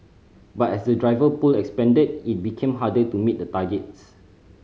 but as the driver pool expanded it became harder to meet the targets